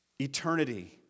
eternity